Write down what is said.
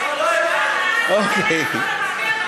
לא, לא הבנו, איתן, השתכנענו.